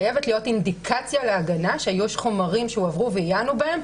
חייבת להיות אינדיקציה להגנה שיש חומרים שהועברו ועניינו בהם,